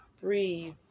breathe